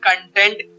content